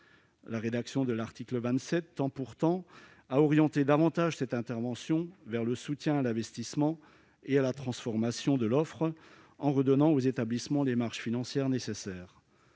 La rédaction de l'article 27 tend pourtant à orienter davantage cette intervention vers le soutien à l'investissement et à la transformation de l'offre, en redonnant aux établissements des marges financières nécessaires.